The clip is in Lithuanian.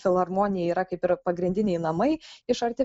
filharmonija yra kaip ir pagrindiniai namai iš arti